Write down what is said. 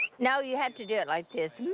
no, you have to do it like this.